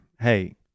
Hey